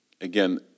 Again